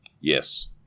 Yes